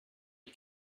you